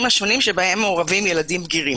השונים שבהם מעורבים ילדים בגירים,